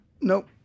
nope